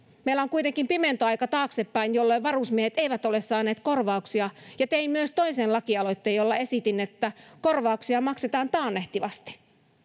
meillä on kuitenkin pimentoaika taaksepäin jolloin varusmiehet eivät ole saaneet korvauksia ja tein myös toisen lakialoitteen jolla esitin että korvauksia maksetaan taannehtivasti